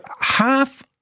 half